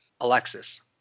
Alexis